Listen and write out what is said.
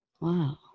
Wow